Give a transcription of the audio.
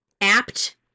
apt